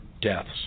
deaths